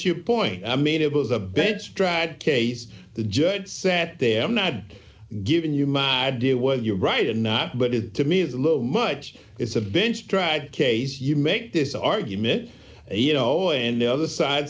your point i mean it was a bent drag case the judge set them not given you my idea what you're right and not but it to me is a little much it's a bench drag case you make this argument you know and the other side